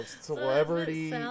Celebrity